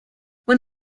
when